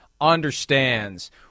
understands